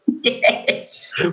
Yes